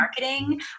marketing